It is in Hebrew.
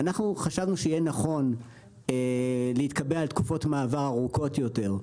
אנחנו חשבנו שיהיה נכון להתקבע על תקופות מעבר ארוכות יותר,